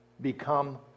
become